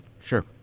Sure